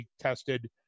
tested